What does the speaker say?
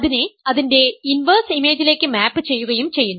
അതിനെ അതിന്റെ ഇൻവെർസ് ഇമേജിലേക്ക് മാപ് ചെയ്യുകയും ചെയ്യുന്നു